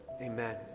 amen